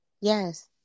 yes